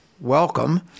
welcome